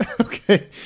Okay